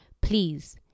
please